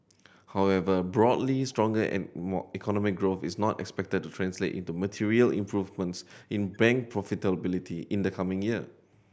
however broadly stronger and more economic growth is not expected to translate into material improvements in bank profitability in the coming year